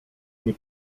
nie